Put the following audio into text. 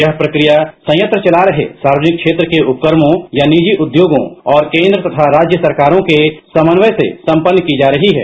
यह प्रक्रिया संयंत्र चला रहे सार्वजनिक क्षेत्र के उपक्रमों या निजी उद्योगों और केन्द्र तथा राज्य सरकारों के समन्वय से संपन्न की जा रही है